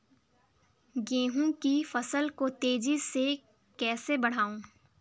गेहूँ की फसल को तेजी से कैसे बढ़ाऊँ?